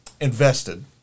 invested